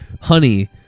Honey